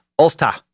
Olsta